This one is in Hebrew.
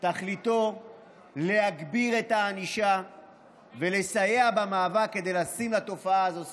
תכליתו להגביר את הענישה ולסייע במאבק כדי לשים לתופעה הזאת סוף.